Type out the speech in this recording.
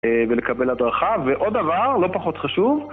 ולקבל הדרכה, ועוד דבר, לא פחות חשוב